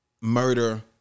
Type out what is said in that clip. murder